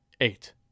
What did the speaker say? eight